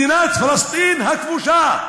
מדינת פלסטין הכבושה.